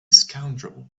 scoundrel